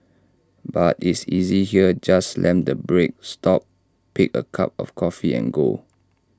but is easy here just slam the brake stop pick A cup of coffee and go